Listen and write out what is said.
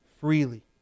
freely